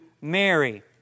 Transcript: mary